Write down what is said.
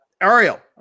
Ariel